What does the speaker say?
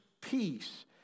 peace